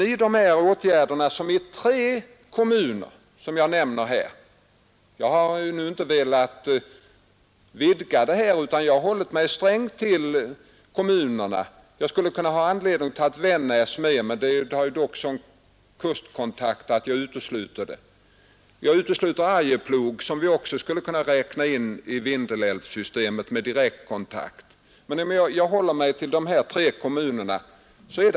Jag har inte velat vidga beskrivningen av sysselsättningar utan har strängt hållit mig till de tre kommunerna — jag kunde haft anledning att ta med Vännäs, men den orten har sådan kustkontakt att jag utesluter den. Jag utesluter också i min beskrivning Arjeplog, som också skulle kunna räknas in i Vindelälvssystemet. Jag håller mig alltså till de tre Vindelälvskommunerna.